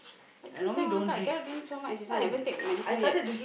I just drank one cup I cannot drink so much this one I haven't take my medicine yet